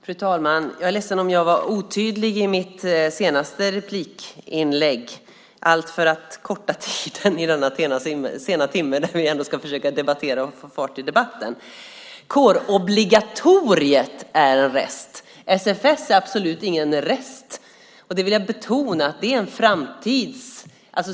Fru talman! Jag är ledsen om jag var otydlig i min senaste replik, allt för att korta tiden i denna sena timme när vi ändå ska försöka få fart i debatten. Kårobligatoriet är en rest. SFS är absolut ingen rest - det vill jag betona.